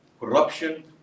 corruption